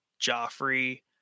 Joffrey